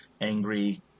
angry